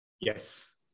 Yes